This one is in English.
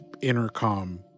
intercom